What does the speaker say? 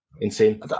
Insane